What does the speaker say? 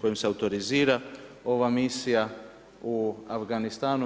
kojim se autorizira ova misija u Afganistanu.